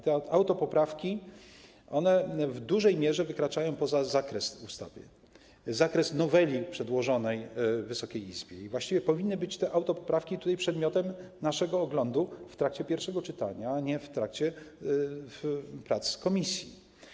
Te autopoprawki w dużej mierze wykraczają poza zakres ustawy, zakres noweli przedłożonej Wysokiej Izbie i właściwie powinny być przedmiotem naszego oglądu w trakcie pierwszego czytania, a nie w trakcie prac komisji.